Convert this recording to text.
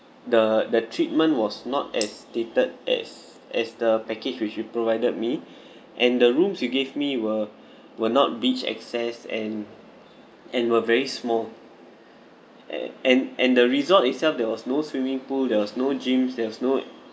the the treatment was not as stated as as the package which you provided me and the rooms you gave me were were not beach access and and were very small and and and the resort itself there was no swimming pool there was no gyms there was no